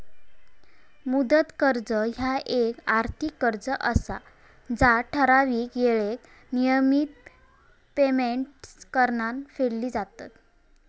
मुदत कर्ज ह्या येक आर्थिक कर्ज असा जा ठराविक येळेत नियमित पेमेंट्स करान फेडली जातत